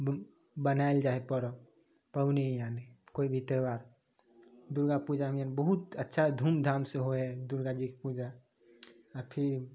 बनायल जाइ है परब पबनी यानी कोइ भी त्यौहार दुर्गापूजामे बहुत अच्छा धूमधाम से होइ है दुर्गा जीके पूजा आ फिर